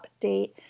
update